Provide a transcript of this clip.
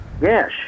Yes